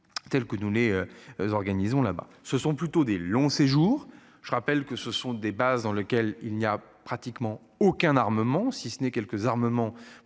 telles que nous les. Organisons là-bas ce sont plutôt des longs séjours. Je rappelle que ce sont des bases dans lequel il n'y a pratiquement aucun armement si ce n'est quelques armements pour